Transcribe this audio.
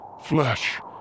flesh